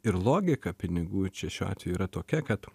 ir logika pinigų čia šiuo atveju yra tokia kad